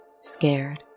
scared